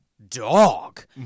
dog